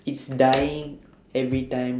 it's dying every time